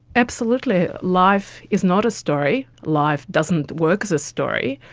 absolutely, life is not a story, life doesn't work as a story,